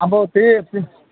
अब त्यही